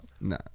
No